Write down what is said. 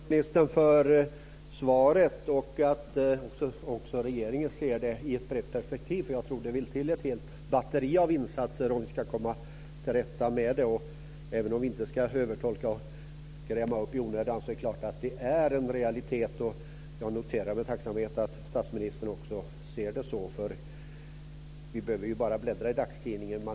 Fru talman! Tack, statsministern, för svaret att regeringen också ser det i ett brett perspektiv. Jag tror att det vill till ett helt batteri av insatser om vi ska komma till rätta med det. Även om vi inte ska övertolka och skrämma upp i onödan är detta en realitet. Jag noterar med tacksamhet att statsministern också ser det så. Vi behöver bara bläddra i dagstidningen för att se det.